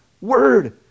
word